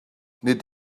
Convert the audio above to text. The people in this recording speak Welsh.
nid